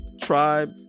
tribe